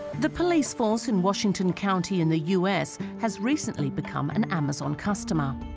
the police force in washington county in the u s. has recently become an amazon customer